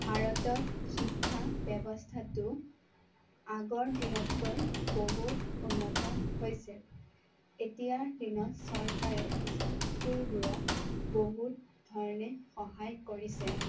ভাৰতত শিক্ষা ব্যৱস্থাটো আগৰ দিনতকৈ বহুত উন্নত হৈছে এতিয়াৰ দিনত চৰকাৰে স্কুলবোৰত বহুত ধৰণে সহায় কৰিছে